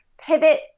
pivot